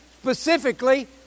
specifically